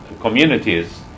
communities